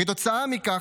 כתוצאה מכך,